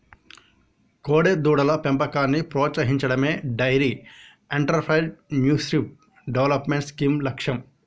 కోడెదూడల పెంపకాన్ని ప్రోత్సహించడమే డెయిరీ ఎంటర్ప్రెన్యూర్షిప్ డెవలప్మెంట్ స్కీమ్ లక్ష్యం